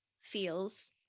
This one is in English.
feels